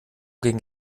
ging